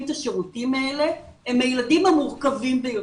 את השירותים האלה הם הילדים המורכבים ביותר,